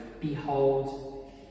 Behold